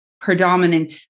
predominant